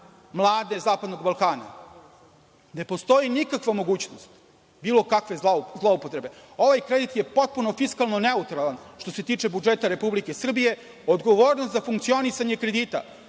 mlade Zapadnog Balkana. Ne postoji nikakva mogućnost bilo kakve zloupotrebe. Ovaj kredit je potpuno fiskalno neutralan, što se tiče budžeta Republike Srbije. Odgovornost za funkcionisanje kredita